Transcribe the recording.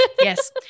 Yes